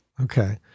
Okay